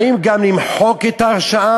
האם הוא גם ימחק את ההרשעה?